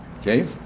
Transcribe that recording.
okay